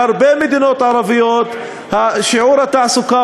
בהרבה מדינות ערביות שיעור התעסוקה